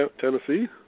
Tennessee